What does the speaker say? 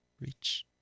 Reach